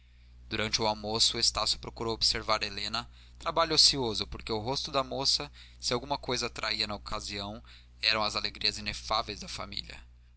durante o almoço estácio procurou observar helena trabalho ocioso porque o rosto da moça se alguma coisa traía nessa ocasião eram as alegrias inefáveis da família